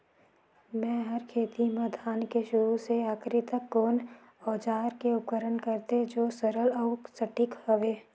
मै हर खेती म धान के शुरू से आखिरी तक कोन औजार के उपयोग करते जो सरल अउ सटीक हवे?